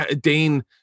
Dane